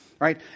right